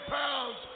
pounds